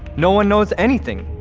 no one knows anything.